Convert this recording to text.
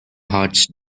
hearts